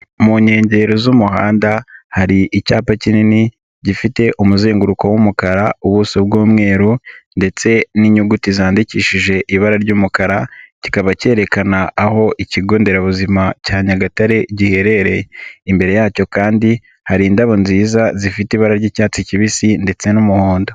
Mu nkengero z'umuhanda hari icyapa kinini gifite umuzenguruko w'umukara, ubuso bw'umweru ndetse n'inyuguti zandikishije ibara ry'umukara, kikaba cyerekana aho Ikigo nderabuzima cya Nyagatare giherereye. Imbere yacyo kandi hari indabo nziza zifite ibara ry'icyatsi kibisi ndetse n'umuhondo.